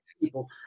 people